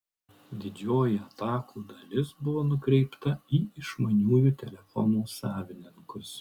didžioji atakų dalis buvo nukreipta į išmaniųjų telefonų savininkus